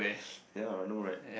ya I know right